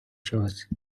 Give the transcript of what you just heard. чогось